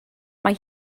mae